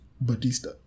Batista